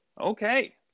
Okay